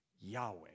Yahweh